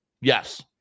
Yes